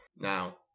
Now